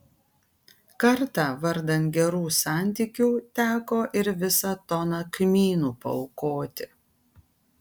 kartą vardan gerų santykių teko ir visą toną kmynų paaukoti